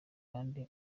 abandi